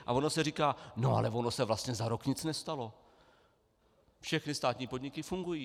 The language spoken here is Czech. A ono se říká: no ale ono se vlastně za rok nic nestalo, všechny státní podniky fungují.